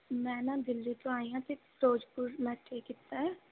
ਮੈਂ ਨਾ ਦਿੱਲੀ ਤੋਂ ਆਈ ਹਾਂ ਅਤੇ ਫਿਰੋਜ਼ਪੁਰ ਮੈਂ ਕੀ ਕੀਤਾ